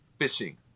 fishing